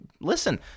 listen